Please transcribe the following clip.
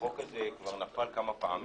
החוק הזה נפל כמה פעמים כבר.